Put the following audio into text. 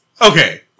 Okay